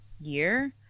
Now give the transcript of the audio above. year